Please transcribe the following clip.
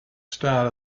start